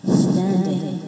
standing